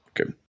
okay